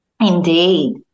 Indeed